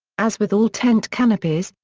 as with all tent canopies,